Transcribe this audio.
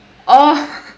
oh